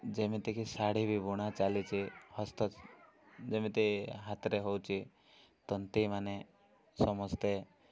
ଯେମିତିକି ଶାଢ଼ୀ ବି ବୁଣା ଚାଲିଛି ହସ୍ତ ଯେମିତି ହାତରେ ହେଉଛି ତନ୍ତୀମାନେ ସମସ୍ତେ